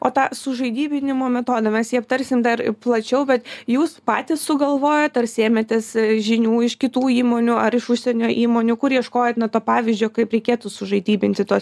o tą sužaidybinimo metodą mes jį aptarsim dar plačiau bet jūs patys sugalvojot ar sėmėtės žinių iš kitų įmonių ar iš užsienio įmonių kur ieškojot na to pavyzdžio kaip reikėtų sužaidybinti tuos